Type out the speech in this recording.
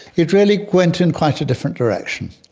it really went in quite a different direction.